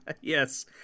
Yes